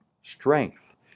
strength